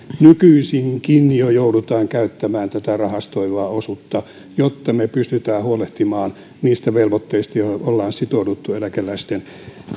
nykyisinkin jo joudutaan käyttämään tätä rahastoivaa osuutta jotta me pystymme huolehtimaan niistä velvoitteista joihin olemme sitoutuneet eläkeläisten